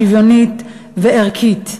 שוויונית וערכית.